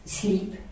sleep